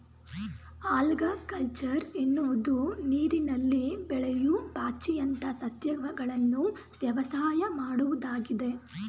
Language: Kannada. ಆಲ್ಗಕಲ್ಚರ್ ಎನ್ನುವುದು ನೀರಿನಲ್ಲಿ ಬೆಳೆಯೂ ಪಾಚಿಯಂತ ಸಸ್ಯಗಳನ್ನು ವ್ಯವಸಾಯ ಮಾಡುವುದಾಗಿದೆ